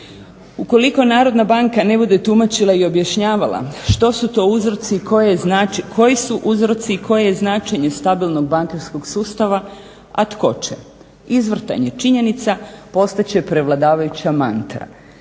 Ukoliko narodna banka ne bude tumačila i objašnjavala što su to uzroci, koji su uzroci i koje je značenje stabilnog bankarskog sustava, a tko će izvrtanje činjenica, postat će prevladavajuća mantra.